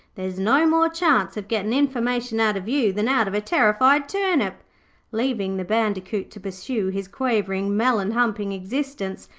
there's no more chance of getting information out of you than out of a terrified turnip leaving the bandicoot to pursue his quavering, melon-humping existence,